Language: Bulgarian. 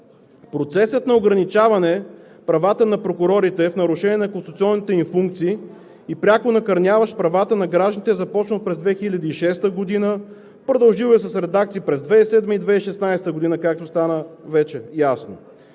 Процесът на ограничаване правата на прокурорите в нарушение на конституционните им функции и пряко накърняващ правата на гражданите е започнал през 2006 г., продължил е с редакции през 2007-а и 2016 г., както вече стана ясно.